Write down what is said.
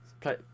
play